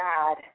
God